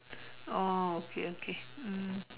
oh okay okay mm